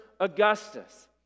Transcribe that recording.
Augustus